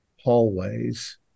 hallways